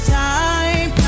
time